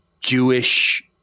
Jewish